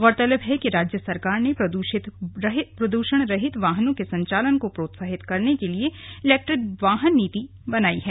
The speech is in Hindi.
गौरतलब है कि राज्य सरकार ने प्रदूषण रहित वाहनों के संचालन को प्रोत्साहित करने के लिए इलैक्ट्रिक वाहन नीति बनाई है